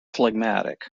phlegmatic